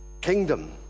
kingdom